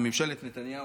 ממשלת נתניהו,